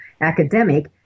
academic